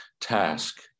task